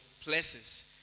places